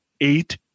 eight